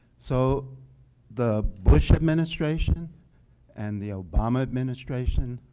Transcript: so the bush administration and the obama administration